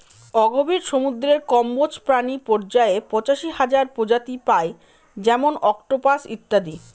অগভীর সমুদ্রের কম্বজ প্রাণী পর্যায়ে পঁচাশি হাজার প্রজাতি পাই যেমন অক্টোপাস ইত্যাদি